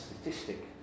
statistic